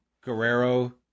Guerrero